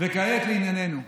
וכעת לענייננו.